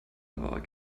aber